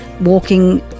Walking